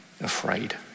afraid